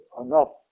enough